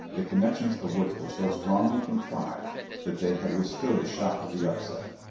the connections of which were so strongly contrived that they had withstood the shock of the upset.